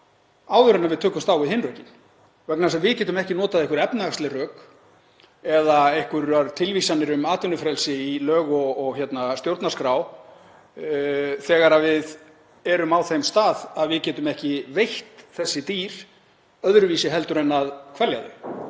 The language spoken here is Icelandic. áður en við tökumst á við hin rökin, vegna þess að við getum ekki notað einhver efnahagsleg rök eða einhverjar tilvísanir um atvinnufrelsi í lög og stjórnarskrá þegar við erum á þeim stað að við getum ekki veitt þessi dýr öðruvísi en að kvelja þau.